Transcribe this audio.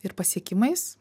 ir pasiekimais